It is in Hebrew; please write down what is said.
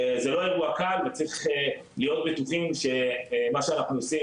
זה לא אירוע קל וצריכים להיות בטוחים שמה שאנחנו עושים,